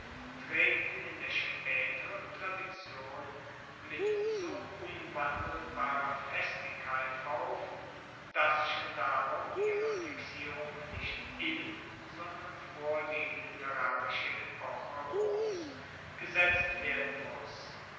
treten in der spaeteren tradition mit so unwandelbarer festigkeit auf dass schon darum ihre fixierung nicht in sondern vor die literarische epoche roms gesetzt werden muss